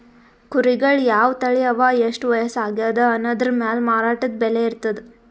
ಕುರಿಗಳ್ ಯಾವ್ ತಳಿ ಅವಾ ಎಷ್ಟ್ ವಯಸ್ಸ್ ಆಗ್ಯಾದ್ ಅನದ್ರ್ ಮ್ಯಾಲ್ ಮಾರಾಟದ್ ಬೆಲೆ ಇರ್ತದ್